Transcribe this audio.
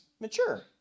mature